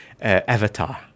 avatar